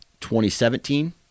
2017